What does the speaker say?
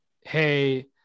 Hey